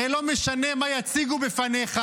הרי לא משנה מה יציגו בפניך,